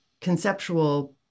conceptual